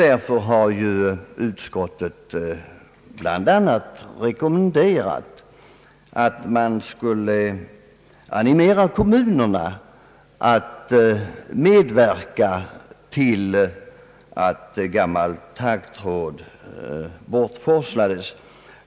Därför har utskottet bl.a. rekommenderat att man skulle animera kommunerna att medverka till att gammal taggtråd borttages.